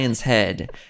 head